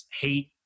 hate